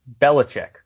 Belichick